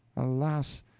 alas!